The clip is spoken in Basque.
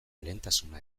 lehentasuna